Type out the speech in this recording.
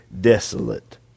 desolate